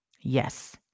Yes